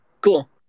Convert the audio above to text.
Cool